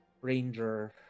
ranger